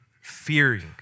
fearing